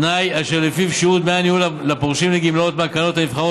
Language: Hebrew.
תנאי אשר לפיו שיעור דמי הניהול לפורשים לגמלאות מהקרנות הנבחרות